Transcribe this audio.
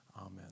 Amen